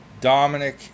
Dominic